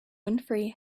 winfrey